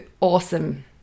awesome